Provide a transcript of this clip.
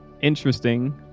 interesting